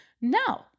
No